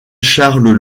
charles